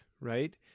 right